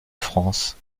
france